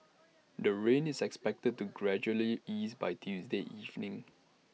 the rain is expected to gradually ease by Tuesday evening